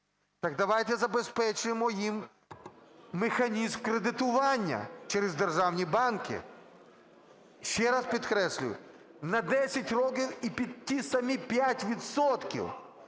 Так давайте забезпечимо їм механізм кредитування через державні банки, ще раз підкреслюю, на 10 років і під ті самі 5 відсотків.